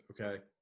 Okay